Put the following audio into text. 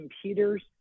computers